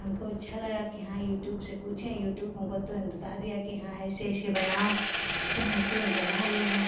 हमको अच्छा लगा कि हाँ यूट्यूब से पूछें यूट्यूब हमको तुरन्त बता दिया कि हाँ ऐसे ऐसे बनाओ तो हम तुरन्त बना लिए